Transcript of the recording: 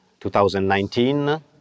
2019